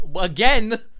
again